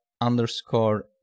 underscore